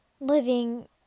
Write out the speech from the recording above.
living